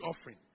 offering